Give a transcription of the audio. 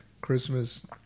Christmas